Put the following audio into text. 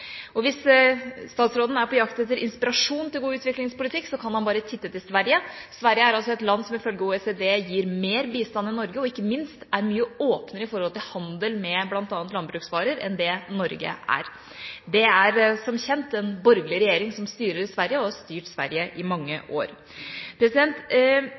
Hvis statsråden er på jakt etter inspirasjon til god utviklingspolitikk, kan han bare titte til Sverige. Sverige er altså et land som ifølge OECD gir mer bistand enn Norge, og som ikke minst er mye åpnere i forhold til handel med bl.a. landbruksvarer enn det Norge er. Det er som kjent en borgerlig regjering som styrer Sverige, og som har styrt Sverige i mange